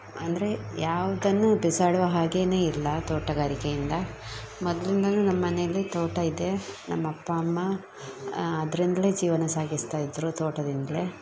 ಅಂದರೆ ಯಾವುದನ್ನು ಬಿಸಾಡುವ ಹಾಗೆ ಇಲ್ಲ ತೋಟಗಾರಿಕೆಯಿಂದ ಮೊದ್ಲಿಂದಲೂ ನಮ್ಮ ಮನೇಲಿ ತೋಟ ಇದೆ ನಮ್ಮ ಅಪ್ಪ ಅಮ್ಮ ಅದರಿಂದ್ಲೇ ಜೀವನ ಸಾಗಿಸ್ತಾಯಿದ್ದರು ತೋಟದಿಂದಲೇ